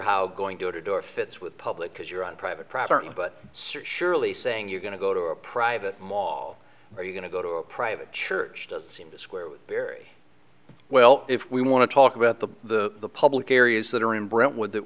how going door to door fits with public because you're on private property but search surely saying you're going to go to a private maw are you going to go to a private church doesn't seem to square very well if we want to talk about the public areas that are in brentwood that